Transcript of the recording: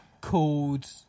called